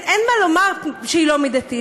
אין מה לומר שהיא לא מידתית,